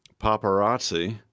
Paparazzi